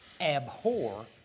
abhor